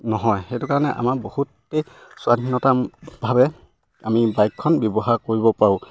নহয় সেইটো কাৰণে আমাৰ বহুতেই স্বাধীনতাভাৱে আমি বাইকখন ব্যৱহাৰ কৰিব পাৰোঁ